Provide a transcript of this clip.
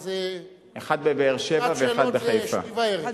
פה זה, שעת שאלות זה שתי וערב.